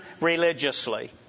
religiously